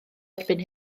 erbyn